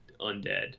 undead